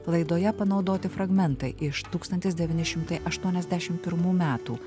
laidoje panaudoti fragmentai iš tūkstantis devyni šimtai aštuoniasdešim pirmų metų